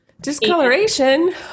Discoloration